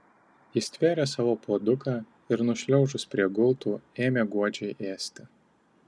ji stvėrė savo puoduką ir nušliaužus prie gultų ėmė godžiai ėsti